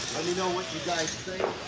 let me know what you guys think.